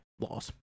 Loss